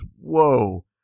Whoa